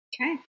Okay